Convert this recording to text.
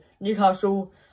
Newcastle